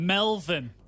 Melvin